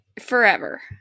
forever